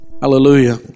Hallelujah